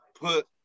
put